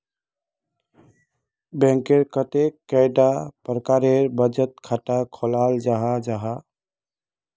Bank कतेक कैडा प्रकारेर बचत खाता खोलाल जाहा जाहा?